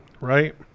Right